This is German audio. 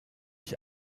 ich